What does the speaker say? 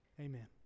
Amen